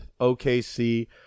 OKC